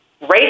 race